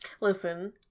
Listen